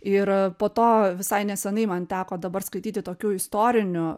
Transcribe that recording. ir po to visai nesenai man teko dabar skaityti tokių istorinių